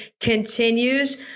continues